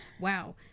Wow